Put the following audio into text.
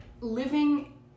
living